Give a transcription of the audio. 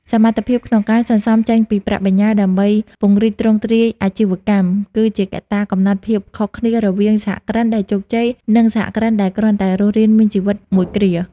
សមត្ថភាពក្នុងការ "សន្សំ" ចេញពីប្រាក់បញ្ញើដើម្បីពង្រីកទ្រង់ទ្រាយអាជីវកម្ម គឺជាកត្តាកំណត់ភាពខុសគ្នារវាងសហគ្រិនដែលជោគជ័យ និងសហគ្រិនដែលគ្រាន់តែរស់រានមានជីវិតមួយគ្រា។